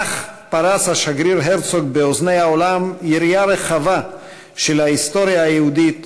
כך פרס השגריר הרצוג באוזני העולם יריעה רחבה של ההיסטוריה היהודית,